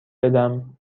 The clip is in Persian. بدم